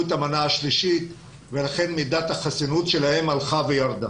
את המנה השלישית ולכן מידת החסינות שלהם הלכה וירדה.